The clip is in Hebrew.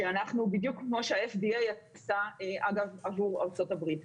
כמו שה-FDA עבור ארצות הברית.